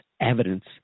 evidence